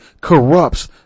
corrupts